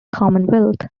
commonwealth